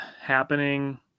happening